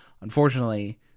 Unfortunately